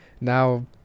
now